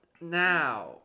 Now